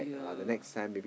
yeah